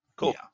Cool